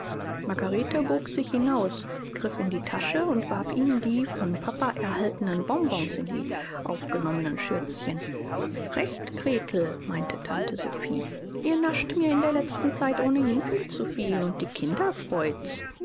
margarete bog sich hinaus griff in die tasche und warf ihnen die vom papa erhaltenen bonbons in die aufgenommenen schürzchen recht gretel meinte tante sophie ihr nascht mir in der letzten zeit ohnehin viel zu viel und die kinder freut's